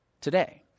today